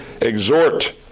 exhort